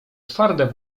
twarde